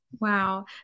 Wow